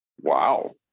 wow